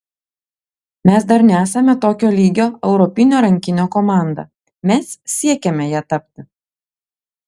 mes dar nesame tokio lygio europinio rankinio komanda mes siekiame ja tapti